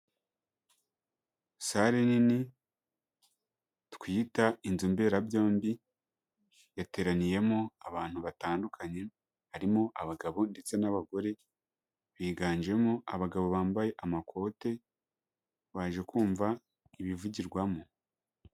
Sare nini twita inzu mberabyombi, yateraniyemo abantu batandukanye, harimo abagabo ndetse n'abagore, biganjemo abagabo bambaye amakote, baje kumva ibivugirwamo.